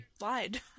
lied